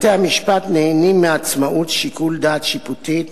בתי-המשפט נהנים מעצמאות שיקול דעת שיפוטית,